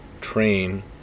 train